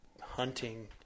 hunting